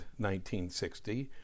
1960